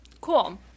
Cool